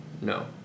no